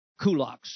kulaks